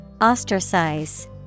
ostracize